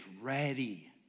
ready